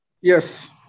Yes